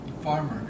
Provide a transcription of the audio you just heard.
farmer